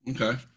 Okay